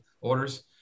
orders